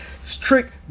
strict